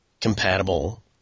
compatible